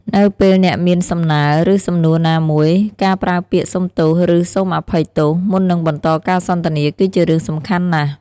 នៅពេលអ្នកមានសំណើ ឬសំណួរណាមួយ ការប្រើពាក្យ " សុំទោស" ឬ " សូមអភ័យ" មុននឹងបន្តការសន្ទនាគឺជារឿងសំខាន់ណាស់។